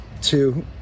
two